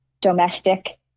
domestic